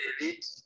elite